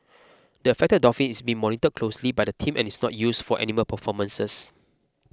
the affected dolphin is being monitored closely by the team and is not used for animal performances